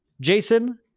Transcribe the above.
Jason